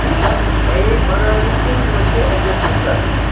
یِم چھِ حظ نَیےَ بَناونہٕ کِنہٕ یِمن چھِ ایٚڈجسٹمیٚنٛٹ کَرٕنۍ اسہِ